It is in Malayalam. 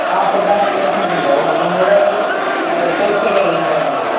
ആ ഫുഡ് ആന്ഡ് അക്കമഡേഷനൊക്കെയുണ്ടാകും എല്ലാം കൂടെയൊരു എട്ട് ദിവസത്തേക്കല്ലെ നിങ്ങള് പറഞ്ഞത്